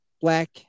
Black